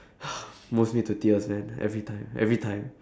mostly to tears man every time every time